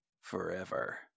forever